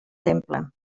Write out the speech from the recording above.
temple